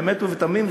באמת ובתמים,